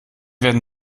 werden